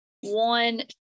one